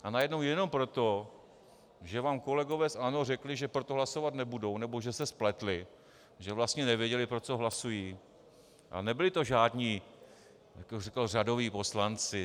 A najednou jenom proto, že vám kolegové z ANO řekli, že pro to hlasovat nebudou, nebo že se spletli, že vlastně nevěděli, pro co hlasují, a nebyli to žádní řadoví poslanci.